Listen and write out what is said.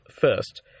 first